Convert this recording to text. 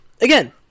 again